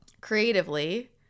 Creatively